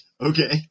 Okay